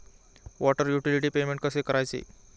Water utility payment कसे करायचे?